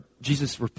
Jesus